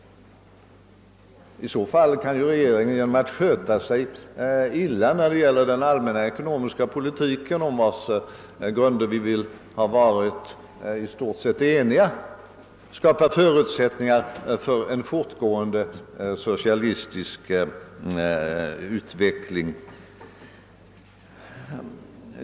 I så fall kan regeringen genom att dåligt sköta den ekonomiska politik, om vars principer vi väl alla har varit i stort sett eniga, skapa förutsättningar för en fortgående socialistisk utveckling.